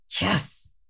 Yes